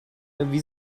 wie